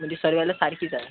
म्हणजे सर्वाला सारखीच आहे